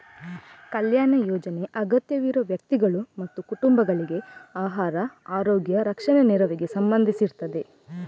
ಕಲ್ಯಾಣ ಯೋಜನೆ ಅಗತ್ಯವಿರುವ ವ್ಯಕ್ತಿಗಳು ಮತ್ತು ಕುಟುಂಬಗಳಿಗೆ ಆಹಾರ, ಆರೋಗ್ಯ, ರಕ್ಷಣೆ ನೆರವಿಗೆ ಸಂಬಂಧಿಸಿರ್ತದೆ